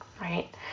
right